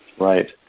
Right